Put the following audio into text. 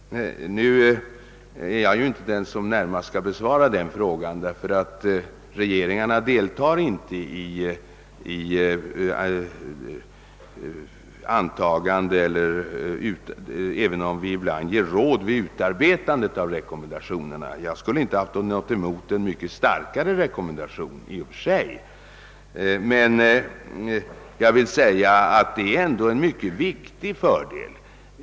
Nu är jag inte den som ligger närmast till hands att besvara den frågan, eftersom regeringarna inte deltar i antagandet av rekommendationerna, även om vi ibland ger råd vid utarbetandet av dem. Jag skulle i och för sig inte haft något emot en starkare rekommendation, men den som antagits innebär ändå en mycket viktig fördel.